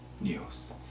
news